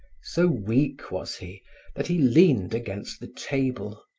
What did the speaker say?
so weak was he that he leaned against the table.